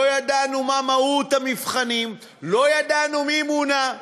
לא ידענו מה מהות המבחנים, לא ידענו מי מונה.